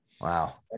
Wow